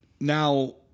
Now